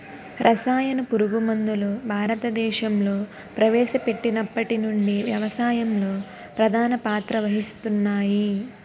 రసాయన పురుగుమందులు భారతదేశంలో ప్రవేశపెట్టినప్పటి నుండి వ్యవసాయంలో ప్రధాన పాత్ర వహిస్తున్నాయి